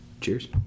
Cheers